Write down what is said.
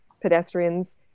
Pedestrians